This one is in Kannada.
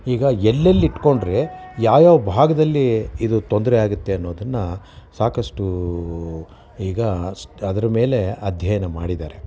ಈಗ ಎಲ್ಲೆಲ್ಲಿಟ್ಕೊಂಡ್ರೆ ಯಾವ್ಯಾವ ಭಾಗದಲ್ಲಿ ಇದು ತೊಂದರೆ ಆಗುತ್ತೆ ಅನ್ನೋದನ್ನು ಸಾಕಷ್ಟು ಈಗ ಅದರ ಮೇಲೆ ಅಧ್ಯಯನ ಮಾಡಿದ್ದಾರೆ